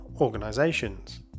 Organisations